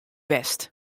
west